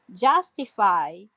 justify